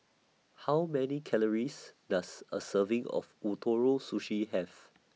How Many Calories Does A Serving of Ootoro Sushi Have